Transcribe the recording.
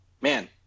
man